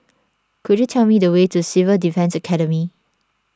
could you tell me the way to Civil Defence Academy